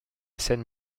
scène